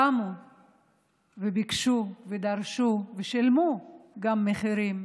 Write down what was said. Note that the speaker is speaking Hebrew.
קמו וביקשו ודרשו וגם שילמו מחירים